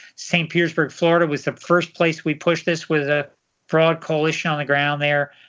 st. petersburg, florida was the first place we pushed this with a broad coalition on the ground there.